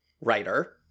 writer